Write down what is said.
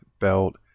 belt